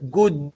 good